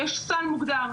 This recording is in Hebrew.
כי יש סל מוגדר.